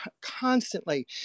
constantly